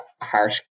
harsh